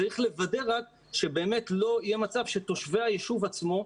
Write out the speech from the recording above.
צריך לוודא רק שבאמת לא יהיה מצב שתושבי היישוב עצמו,